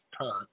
time